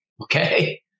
okay